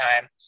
time